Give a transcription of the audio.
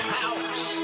house